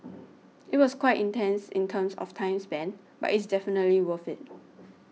it was quite intense in terms of time spent but it's definitely worth it